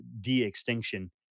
de-extinction